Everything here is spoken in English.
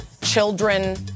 children